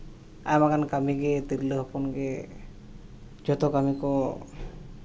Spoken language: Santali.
ᱟᱨ ᱵᱟᱝᱠᱷᱟᱱ ᱠᱟᱹᱢᱤ ᱜᱮ ᱛᱤᱨᱞᱟᱹ ᱦᱚᱯᱚᱱ ᱜᱮ ᱡᱚᱛᱚ ᱠᱟᱹᱢᱤ ᱠᱚ